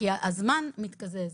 כי הזמן מתקזז,